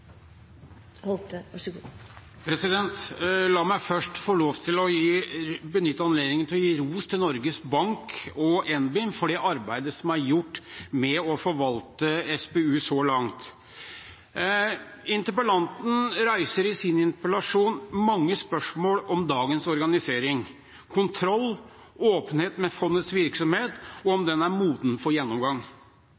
SPU så langt. Interpellanten reiser i sin interpellasjon mange spørsmål om dagens organisering – kontroll, åpenhet om fondets virksomhet og om den er moden for gjennomgang.